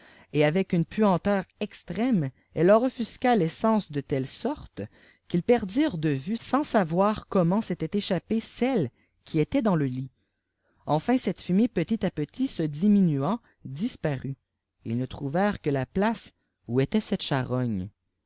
et avec une puanteur extrême elle leur offusqua les sens de telle sorte qu'ils perdirent de vue sans savoir comment s'était échappée celle qui était dans le lit enfin cette fumée petit à petit se diminuant disparut ils ne trouvèrent que la place où était cette charogne